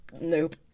Nope